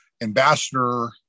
ambassador